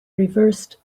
reversed